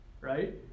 right